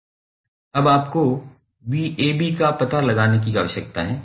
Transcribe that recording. अब आपको का पता लगाने की आवश्यकता है